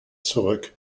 zurück